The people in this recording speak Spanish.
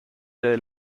del